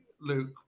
Luke